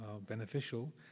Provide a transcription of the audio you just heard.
beneficial